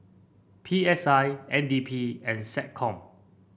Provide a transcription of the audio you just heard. P S I N D P and SecCom